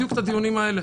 בדיוק את הדיונים האלה